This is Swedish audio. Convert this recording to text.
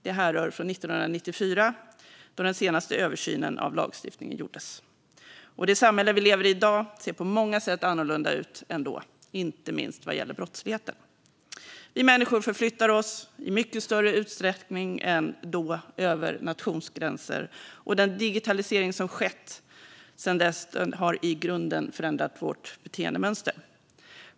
Det härrör från 1994, då den senaste översynen av lagstiftningen gjordes. Och det samhälle vi lever i i dag ser på många sätt annorlunda ut än då, inte minst vad gäller brottsligheten. Vi människor förflyttar oss i mycket större utsträckning än då över nationsgränser, och den digitalisering som har skett sedan dess har i grunden förändrat våra beteendemönster.